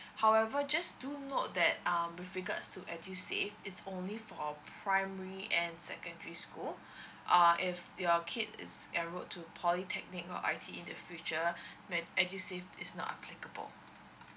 however just to note that um with regards to edusave it's only for primary and secondary school uh if your kid is enrolled to polytechnic or I_T_E in the future then edusave is not applicable